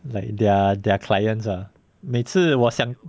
like their their clients ah 每次我想